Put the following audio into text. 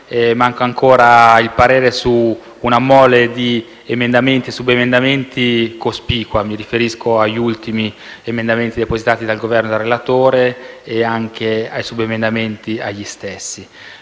manca ancora il parere su una mole di emendamenti e subemendamenti cospicua (mi riferisco agli ultimi emendamenti depositati dal Governo e dal relatore e ai subemendamenti agli stessi).